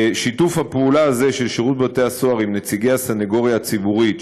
שיתוף הפעולה הזה של שירות בתי-הסוהר עם נציגי הסנגוריה הציבורית,